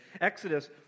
Exodus